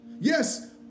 yes